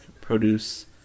produce